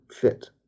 fit